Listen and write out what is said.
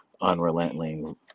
unrelenting